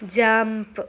jump